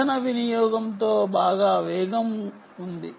ఇంధన వినియోగంతో బాగా వేగం ఉంది